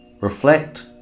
reflect